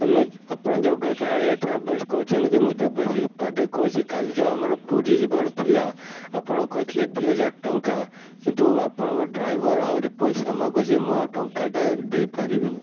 hello ଆପଣ Jaga Kalia travels କହୁଛନ୍ତି କି ଦେବାଶିଷ ଉପାଧ୍ୟାୟ କହୁଛି କାଲି ଯେଉଁ ଆମର ପୁରୀ ଯିବାର ଥିଲା ଆପଣ କହିଥିଲେ ଦୁଇହଜାର ଟଙ୍କା କିନ୍ତୁ ଆପଣଙ୍କ ଡ୍ରାଇଭର୍ ଆହୁରି ପଇସା ମାଗୁଛି ମୁଁ ଆଉ ଟଙ୍କାଟାଏ ଦେଇପାରିବିନି